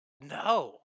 no